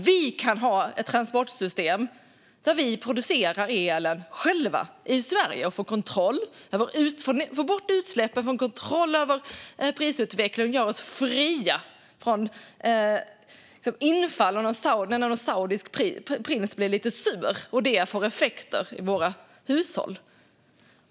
Vi kan ha ett transportsystem där vi producerar elen själva i Sverige, får bort utsläppen och får kontroll över prisutvecklingen och gör oss fria från infall - att någon saudisk prins blir lite sur och det får effekter på våra hushåll.